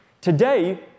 Today